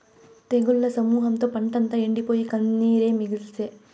తెగుళ్ల సమూహంతో పంటంతా ఎండిపోయి, కన్నీరే మిగిల్సే